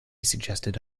suggested